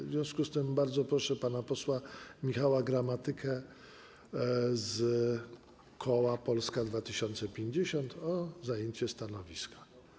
W związku z tym bardzo proszę pana posła Michała Gramatykę z koła Polska 2050 o zajęcie stanowiska.